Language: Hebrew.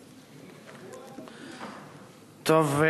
תודה,